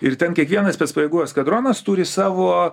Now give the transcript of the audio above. ir ten kiekvienas specpajėgų eskadronas turi savo